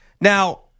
Now